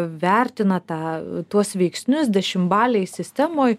vertina tą tuos veiksnius dešimtbalėj sistemoj